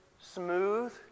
smooth